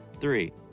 three